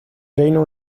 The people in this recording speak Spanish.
reino